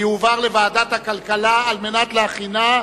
בוועדת הכלכלה נתקבלה.